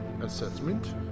assessment